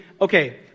okay